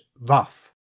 Rough